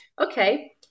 okay